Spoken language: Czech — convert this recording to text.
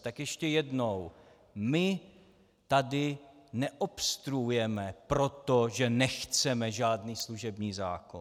Tak ještě jednou: My tady neobstruujeme proto, že nechceme žádný služební zákon.